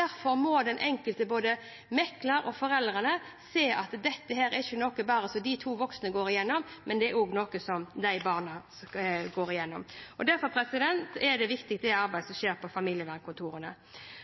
Derfor må både den enkelte mekler og foreldrene se at dette ikke bare er noe som de to voksne går igjennom. Det er også noe som barna går igjennom. Derfor er det arbeidet som skjer på familievernkontorene,